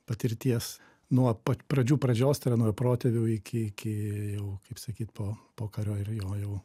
patirties nuo pat pradžių pradžios tai yra nuo protėvių iki iki jau kaip sakyt po pokario ir jo jau